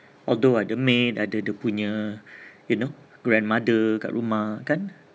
although ada maid ada dia punya you know grandmother kat rumah kan